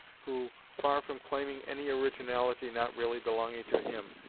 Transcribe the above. who, far from claiming any originality not really belonging to him,